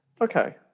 Okay